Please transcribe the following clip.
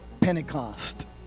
Pentecost